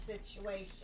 situation